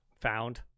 found